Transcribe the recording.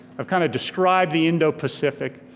i've kind of described the indo-pacific,